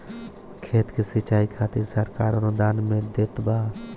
खेत के सिचाई खातिर सरकार अनुदान में का देत बा?